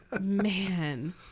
Man